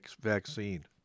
vaccine